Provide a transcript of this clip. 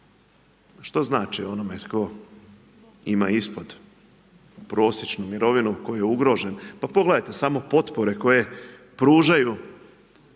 što znači onome tko ima isplatu, prosječnu mirovinu, koji je ugrožen, pa pogledajte samo potpore koje pružaju